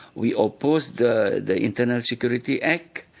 we opposed the the internal security act,